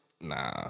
Nah